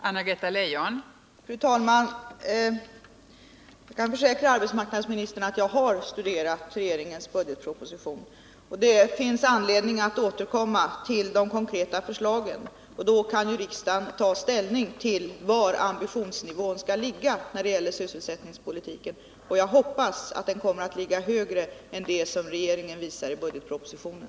Fru talman! Jag kan försäkra arbetsmarknadsministern om att jag har studerat regeringens budgetproposition. Det finns anledning att återkomma till de konkreta förslagen, och då kan ju riksdagen ta ställning till var ambitionsnivån skall ligga när det gäller sysselsättningspolitiken. Jag hoppas att den kommer att ligga högre än det som regeringen visar i budgetpropositionen.